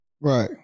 Right